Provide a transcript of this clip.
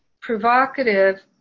provocative